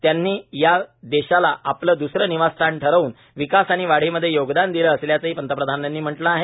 त्यांनी या देशाला आपलं द्सरं निवासस्थान ठरवून विकास आणि वाढीमध्ये योगदान दिलं असल्याचंही पंतप्रधानांनी म्हटलं आहे